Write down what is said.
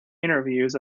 interviews